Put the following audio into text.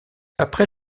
après